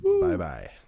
Bye-bye